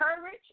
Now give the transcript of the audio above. courage